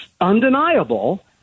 undeniable